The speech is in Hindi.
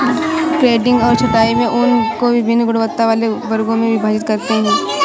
ग्रेडिंग और छँटाई में ऊन को वभिन्न गुणवत्ता वाले वर्गों में विभाजित करते हैं